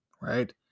right